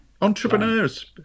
entrepreneurs